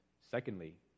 secondly